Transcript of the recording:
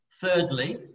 Thirdly